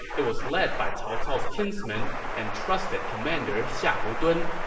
it was led by cao cao's kinsman and trusted commander xiahou dun,